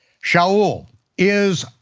shaul is,